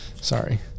Sorry